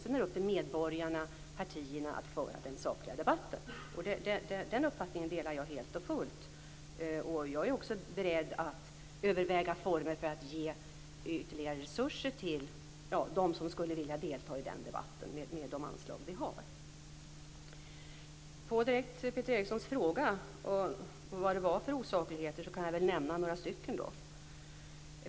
Sedan är det upp till medborgarna, partierna att föra den sakliga debatten. Den uppfattningen delar jag helt och fullt. Jag är också beredd att överväga former för att ge ytterligare resurser, med de anslag vi har, till dem som skulle vilja delta i den debatten. Som svar på Peter Erikssons direkta fråga om vad det var för osakligheter kan jag nämna några.